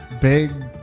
big